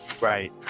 right